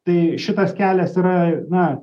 tai šitas kelias yra na